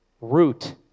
Root